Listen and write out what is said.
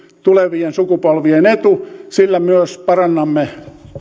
tulevien sukupolvien etu sillä myös parannamme